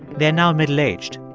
they're now middle-aged.